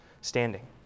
standing